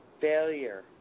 failure